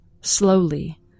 Slowly